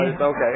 Okay